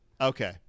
Okay